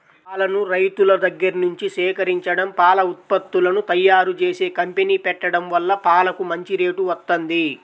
పాలను రైతుల దగ్గర్నుంచి సేకరించడం, పాల ఉత్పత్తులను తయ్యారుజేసే కంపెనీ పెట్టడం వల్ల పాలకు మంచి రేటు వత్తంది